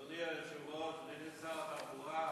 אדוני היושב-ראש, אדוני שר התחבורה,